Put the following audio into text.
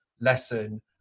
lesson